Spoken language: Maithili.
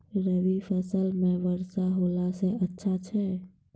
रवी फसल म वर्षा होला से अच्छा छै?